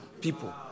people